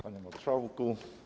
Panie Marszałku!